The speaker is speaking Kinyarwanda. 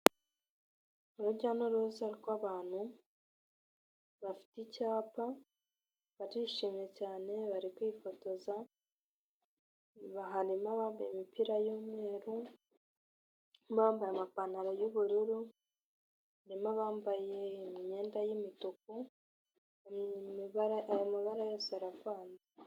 Urujya n'uruza rw'abantu bafite icyapa, barishimye cyane bari kwifotoza, harimo abambaye imipira y'umweru, harimo abambaye amapantaro y'ubururu, harimo abambaye imyenda y'imituku, amabara yose aravanze.